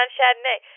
Chardonnay